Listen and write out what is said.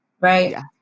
Right